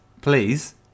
Please